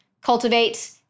cultivate